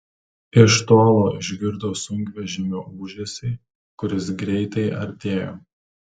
iš tolo išgirdo sunkvežimio ūžesį kuris greitai artėjo